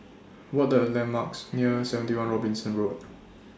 What Are The landmarks near seventy one Robinson Road